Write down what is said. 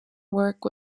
work